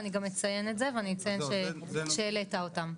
ואני גם אציין את זה ואציין שהעלית אותם.